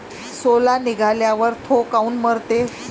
सोला निघाल्यावर थो काऊन मरते?